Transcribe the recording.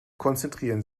konzentrieren